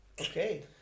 okay